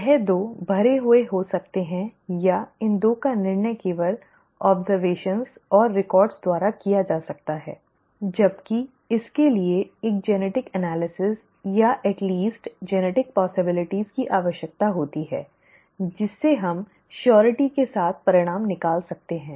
यह 2 भरे हुए हो सकते हैं या इन 2 का निर्णय केवल आब्ज़र्वेशन और रिकॉर्ड द्वारा किया जा सकता है जबकि इसके लिए एक आनुवंशिक विश्लेषण या कम से कम आनुवंशिक संभावनाओं की आवश्यकता होती है जिसे हम निश्चितता के साथ परिणाम निकाल सकते हैं